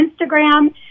Instagram